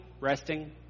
resting